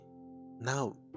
now